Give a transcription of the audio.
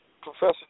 Professor